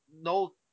no